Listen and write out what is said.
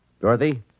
Dorothy